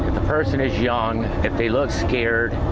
the person is young. if they look scared,